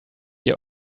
your